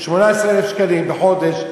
18,000 שקלים בחודש,